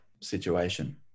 situation